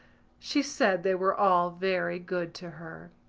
she said they were all very good to her.